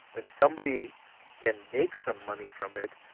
when somebody can make some money from it,